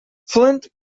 flint